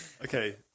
Okay